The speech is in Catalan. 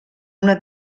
una